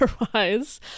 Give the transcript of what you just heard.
otherwise